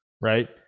right